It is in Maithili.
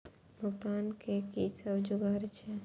भुगतान के कि सब जुगार छे?